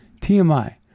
TMI